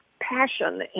passion